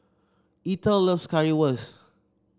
Eathel loves Currywurst